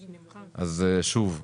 שוב,